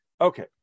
Okay